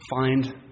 find